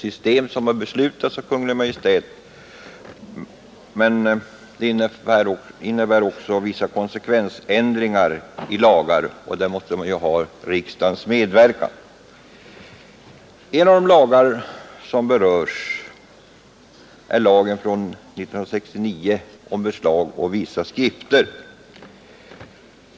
Systemet har beslutats av Kungl. Maj:t, men för vissa konsekvensändringar i lagar behövs riksdagens medverkan. En av de lagar som berörs är lagen från 1949 om beslag å vissa skrifter.